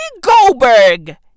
Goldberg